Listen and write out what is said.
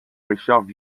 richard